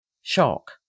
shock